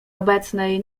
obecnej